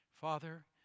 Father